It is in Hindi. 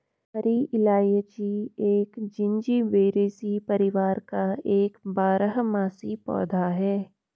हरी इलायची एक जिंजीबेरेसी परिवार का एक बारहमासी पौधा है